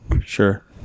Sure